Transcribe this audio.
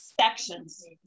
Sections